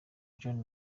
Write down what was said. john